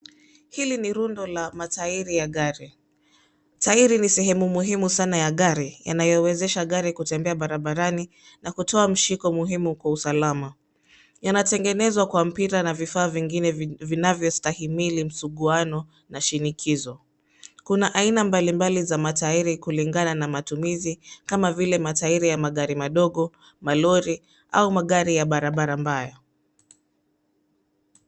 Hili ni rundo la matairi ya gari. Tairi ni sehemu muhimu sana ya gari yanayowezesha gari kutembea barabarani na kutoa mshiko muhimu kwa usalama. Yanatengenezwa kwa mpira na vifaa vingine vinavyostahimili msuguano na shinikizo. Kuna aina mbalimbali za matairi kulingana na matumizi kama vile matairi ya magari madogo, malori au magari ya barabara mbaya.